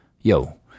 Yo